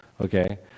Okay